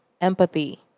empathy